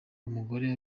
umugore